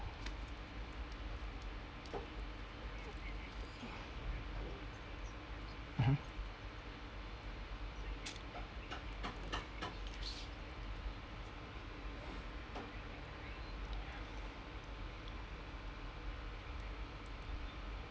mmhmm